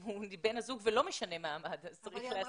אם הוא עם בן הזוג ולא משנה המעמד אז צריך להסדיר את הדבר הזה.